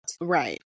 right